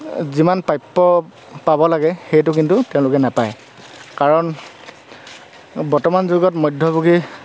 যিমান প্ৰাপ্য পাব লাগে সেইটো কিন্তু তেওঁলোকে নাপায় কাৰণ বৰ্তমান যুগত মধ্যভোগী